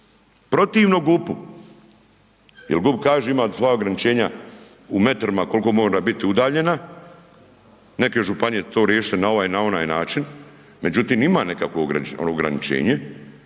protivno GUP-u jer GUP kaže imam svoja ograničenja u metrima koliko mora bit udaljena, neke županije to riješe na ovaj, na onaj način, međutim ima nekakvo ograničenje